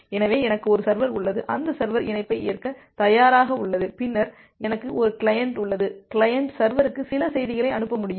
எனவே எனக்கு ஒரு சர்வர் உள்ளது அந்த சர்வர் இணைப்பை ஏற்க தயாராக உள்ளது பின்னர் எனக்கு ஒரு கிளையண்ட் உள்ளது கிளையன்ட் சர்வருக்கு சில செய்திகளை அனுப்ப முடியும்